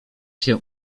się